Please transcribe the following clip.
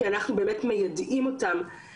כי אנחנו באמת מיידעים אותם,